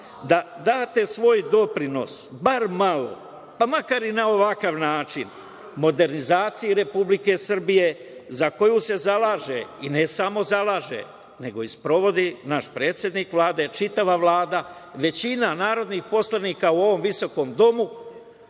da date svoj doprinos, bar malo, pa makar i na ovakav način, modernizaciji Republike Srbije za koju se zalaže, i ne samo zalaže, nego i sprovodi naš predsednik Vlade, čitava Vlada, većina narodnih poslanika u ovom visokom domu,